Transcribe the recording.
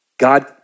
God